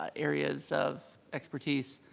ah areas of expertise.